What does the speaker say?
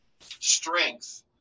strength